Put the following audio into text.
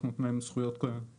אנחנו נותנים להם זכויות קודמות.